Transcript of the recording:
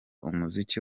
umuziki